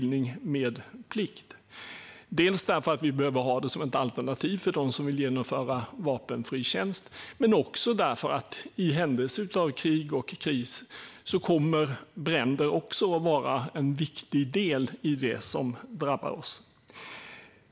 Det gjorde vi dels därför att vi behöver ha det som ett alternativ för dem som vill genomföra vapenfri tjänst, dels därför att även bränder kommer att vara en viktig del i det som drabbar oss i händelse av krig och kris.